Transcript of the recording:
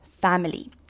family